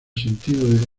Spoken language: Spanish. sentido